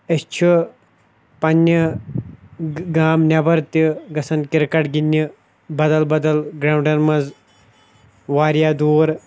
أسۍ چھِ پنٛنہِ گام نٮ۪بَر تہِ گژھان کِرکَٹ گِنٛدنہِ بَدَل بَدَل گرٛاونٛڈَن منٛز واریاہ دوٗر